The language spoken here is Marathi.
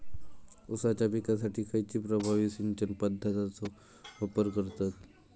ऊसाच्या पिकासाठी खैयची प्रभावी सिंचन पद्धताचो वापर करतत?